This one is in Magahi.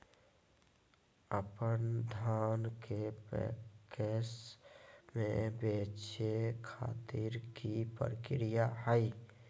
अपन धान के पैक्स मैं बेचे खातिर की प्रक्रिया हय?